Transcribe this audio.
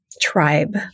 tribe